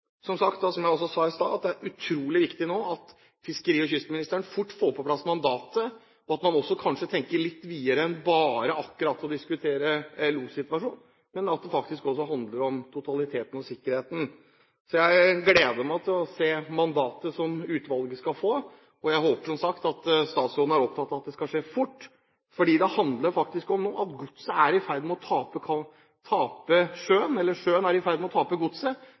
nå at fiskeri- og kystministeren fort får på plass mandatet, og at man kanskje tenker litt videre enn bare akkurat å diskutere lossituasjonen, at det faktisk også handler om totaliteten og sikkerheten. Jeg gleder meg til å se mandatet som utvalget skal få, og jeg håper, som sagt, at statsråden er opptatt av at det skal skje fort. Det handler om at sjøen nå er i ferd med å tape godset. Det velges andre transportformer, og det er